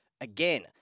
again